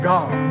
God